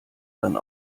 dann